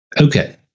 Okay